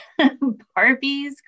Barbies